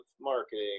marketing